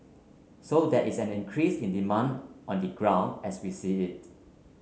so there is an increase in demand on the ground as we see it